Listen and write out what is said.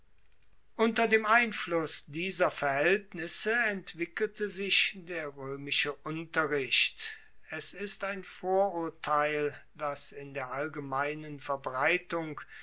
unter dem einfluss dieser verhaeltnisse entwickelte sich der roemische unterricht es ist ein vorurteil dass in der allgemeinen verbreitung